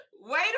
wait